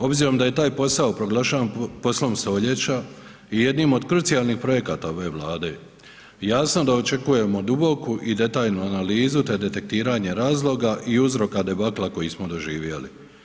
Obzirom da je taj posao proglašavan poslom stoljeća i jednim od krucijalnih projekata ove Vlade jasno da očekujemo duboku i detaljnu analizu te detektiranje razloga i uzroka debakla koji smo doživjeli.